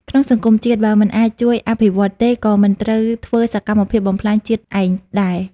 ក្នុងសង្គមជាតិ បើមិនអាចជួយអភិវឌ្ឍទេ ក៏មិនត្រូវធ្វើសកម្មភាពបំផ្លាញជាតិឯងដែរ។